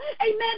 amen